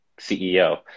CEO